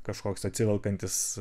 kažkoks atsivelkantis